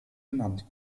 genannt